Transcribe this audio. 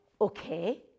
okay